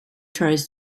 tries